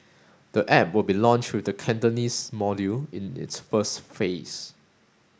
the app will be launched with the Cantonese module in its first phase